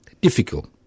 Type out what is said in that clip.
difficult